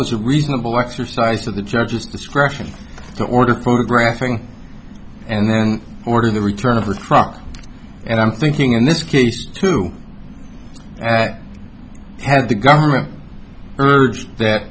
was a reasonable exercise of the judge's discretion to order the photographing and then order the return of the truck and i'm thinking in this case to act had the government urged that